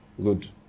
good